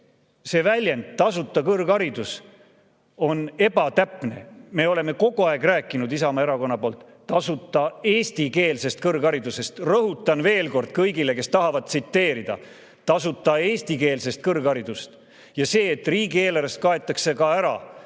see väljend "tasuta kõrgharidus" on ebatäpne. Me oleme kogu aeg rääkinud, Isamaa Erakond on rääkinud tasuta eestikeelsest kõrgharidusest. Rõhutan veel kord kõigile, kes tahavad tsiteerida: tasuta eestikeelne kõrgharidus. Ja see, et riigieelarvest kaetakse